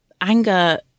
anger